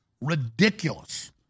ridiculous